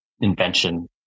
invention